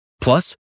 Plus